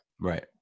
right